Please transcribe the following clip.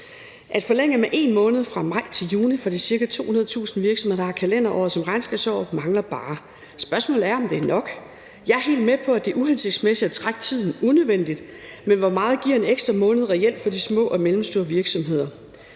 at forlænge fristen med 1 måned fra maj til juni for de ca. 200.000 virksomheder, der har kalenderåret som regnskabsår, skulle da lige mangle. Spørgsmålet er bare, om det er nok. Jeg er helt med på, at det uhensigtsmæssigt at trække tiden unødvendigt, men hvor meget giver en ekstra måned reelt for de små og mellemstore virksomheder?